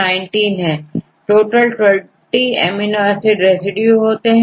क्योंकि टोटल20 amino acid residue होते हैं